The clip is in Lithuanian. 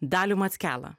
dalį mackelą